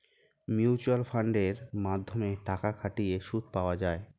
mutual ফান্ডের মাধ্যমে টাকা খাটিয়ে সুদ পাওয়া যায়